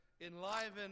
enliven